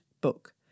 book